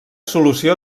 solució